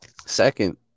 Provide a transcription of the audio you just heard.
Second